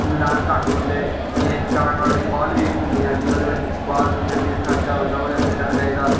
मदान घट्ट होंदे जियां इक शाट मारी ते बाल गे घूमी जंदी ओहदे बिच बाल घूमी जंदी खर्चा होई जंदा